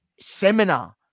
seminar